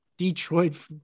Detroit